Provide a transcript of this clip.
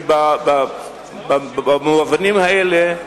שבמובנים האלה,